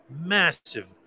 massive